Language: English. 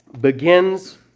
begins